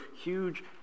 huge